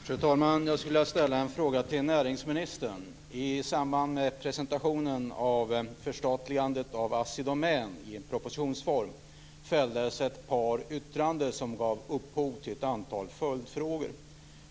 Fru talman! Jag skulle vilja ställa en fråga till näringsministern. I samband med presentationen av förstatligandet av Assi Domän i propositionsform fälldes ett par yttranden som gav upphov till ett antal följdfrågor.